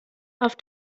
auf